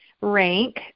rank